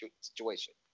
situation